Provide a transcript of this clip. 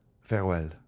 farewell